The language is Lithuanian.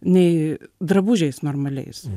nei drabužiais normaliais